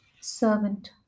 servant